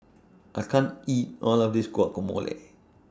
I can't eat All of This Guacamole